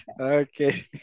Okay